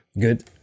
Good